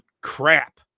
crap